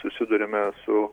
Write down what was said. susiduriame su